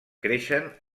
creixen